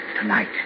Tonight